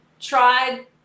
tried